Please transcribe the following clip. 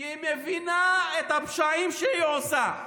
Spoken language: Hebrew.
כי היא מבינה את הפשעים שהיא עושה.